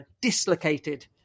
dislocated